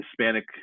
Hispanic